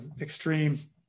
extreme